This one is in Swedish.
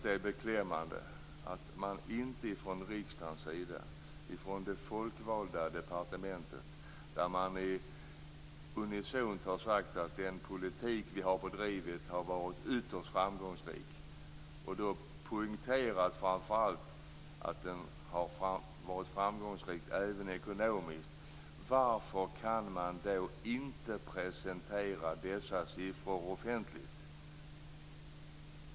Det är beklämmande att man från riksdagens sida, från den folkvalda institutionen, unisont har sagt att den bedrivna politiken har varit ytterst framgångsrik. Då har man poängterat att den även har varit ekonomiskt framgångsrik. Varför kan man då inte presentera dessa siffror offentligt?